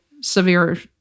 severe